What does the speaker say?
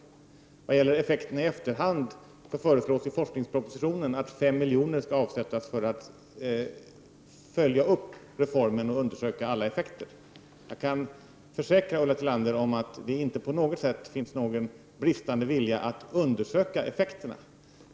När det gäller de effekter som kan studeras i efter, föreslås i forskningspropositionen att 5 milj.kr. skall avsättas för att man skall undersöka alla effekter av reformen. Jag kan försäkra Ulla Tillander att det inte på något sätt saknas vilja att undersöka effekterna.